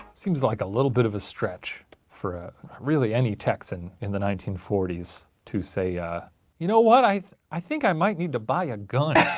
seems like a little bit of a stretch for really any texan in the nineteen forty s to say ah you know what, i i think i might need to buy a gun.